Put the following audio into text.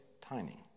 timing